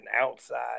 outside